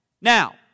Now